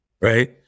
right